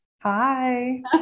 Hi